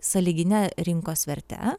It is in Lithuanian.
sąlygine rinkos verte